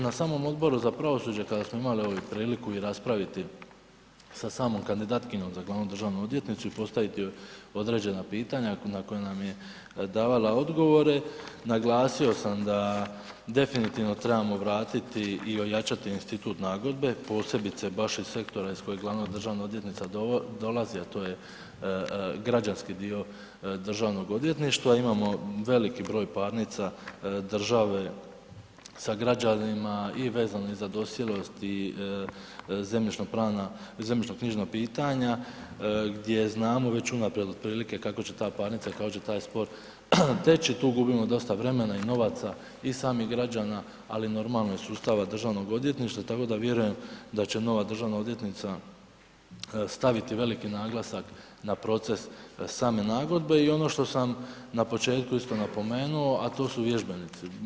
Na samom Odboru za pravosuđe kada smo imali evo i priliku i raspraviti sa samom kandidatkinjom za glavnu državnu odvjetnicu i postaviti joj određena pitanja na koja nam je davala odgovore, naglasio sam da definitivno trebamo vratiti i ojačati institut nagodbe posebice baš iz sektora iz kojeg glavna državna odvjetnica dolazi a to je građanski dio Državnog odvjetništva, imamo veliki broj parnica države sa građanima i vezano za i ... i zemljišno-knjižna pitanja gdje znamo već unaprijed otprilike kako će ta parnica i kako će taj spor teći, tu gubimo dosta vremena i novaca i samih građana ali normalno i sustava Državnog odvjetništva, tako da vjerujem da će nova državna odvjetnica staviti veliki naglasak na proces same nagodbe i ono što sam na početku isto napomenuo, a to su vježbenici.